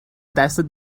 دستت